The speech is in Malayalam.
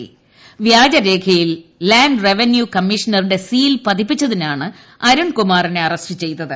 പ്റ്റാജരേഖയിൽ ലാൻഡ് റവന്യൂ കമ്മീഷണ് റുടെ സീൽ പതിപ്പിച്ചതിന്റാണ് അരുൺ കുമാറിനെ അറസ്റ്റ് ചെയ്തത്